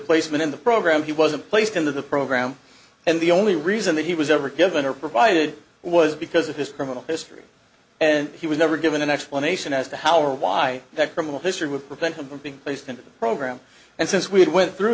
placement in the program he wasn't placed into the program and the only reason that he was ever given or provided was because of his criminal history and he was never given an explanation as to how or why that criminal history would prevent him from being placed in the program and since we had went through